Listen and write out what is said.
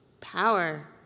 Power